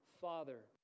Father